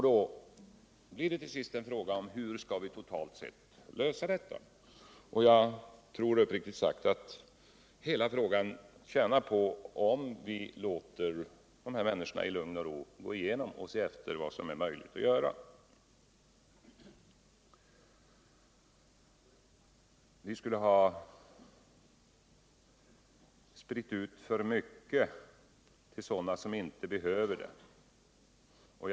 Då blir det till sist en fråga om hur vi totalt skall lösa detta. Jag tror uppriktigt sagt att hela frågan tjänar på att vi låter dessa människor i utredningen i lugn och ro gå igenom problemet och se vad som är möjligt att göra. Vi skulle ha spritt ut för mycket pengar till företag som inte behövt det, har det påståtts.